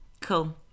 cool